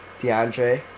DeAndre